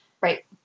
Right